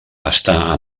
està